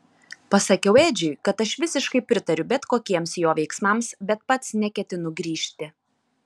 pasakiau edžiui kad aš visiškai pritariu bet kokiems jo veiksmams bet pats neketinu grįžti